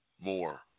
more